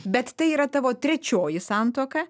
bet tai yra tavo trečioji santuoka